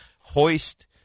hoist